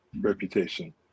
reputation